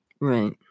Right